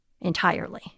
entirely